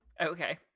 Okay